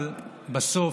אבל בסוף,